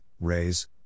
raise